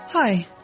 Hi